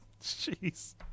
Jeez